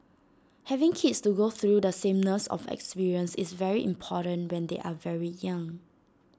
having kids to go through the sameness of experience is very important when they are very young